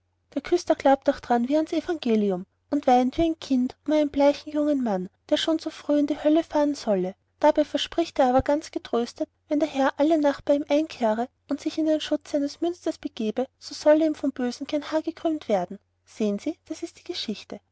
der küster glaubt auch daran wie ans evangelium und weint wie ein kind um den bleichen jungen mann der schon so früh in die hölle fahren solle dabei verspricht er aber ganz getrost wenn der herr alle nacht bei ihm einkehre und sich in den schutz seines münsters begebe solle ihm vom bösen kein haar gekrümmt werden sehen sie das ist die geschichte